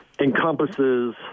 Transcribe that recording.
encompasses